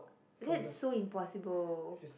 that's so impossible